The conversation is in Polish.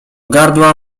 gardła